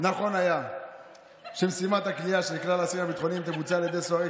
נכון היה שמשימת הכליאה של אסירים ביטחוניים תבוצע על ידי סוהרי